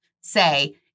say